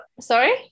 Sorry